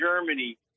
Germany